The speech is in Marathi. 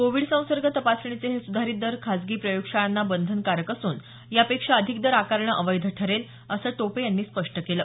कोविड संसर्ग तपासणीचे हे सुधारित दर खासगी प्रयोगशाळांना बंधनकारक असून यापेक्षा अधिक दर आकारणं अवैध ठरेल असं टोपे यांनी स्पष्ट केलं